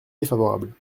défavorable